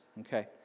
okay